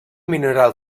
mineral